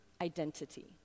identity